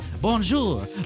Bonjour